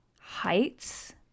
heights